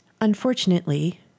unfortunately